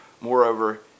Moreover